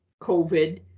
COVID